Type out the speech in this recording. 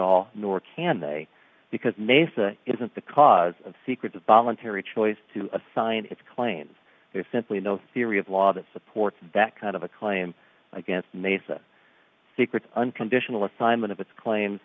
all nor can they because mesa isn't the cause of secret of voluntary choice to assign it's claims there's simply no theory of law that supports that kind of a claim against mesa secrets unconditional assignment of its claims